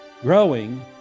Growing